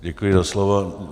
Děkuji za slovo.